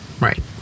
Right